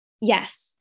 Yes